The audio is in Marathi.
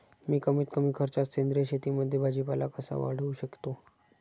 मी कमीत कमी खर्चात सेंद्रिय शेतीमध्ये भाजीपाला कसा वाढवू शकतो?